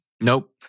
Nope